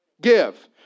Give